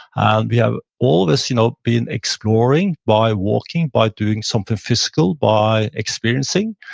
and we have all of this, you know being exploring by walking, by doing something physical, by experiencing,